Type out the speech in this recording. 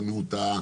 גם אם הוא טעה,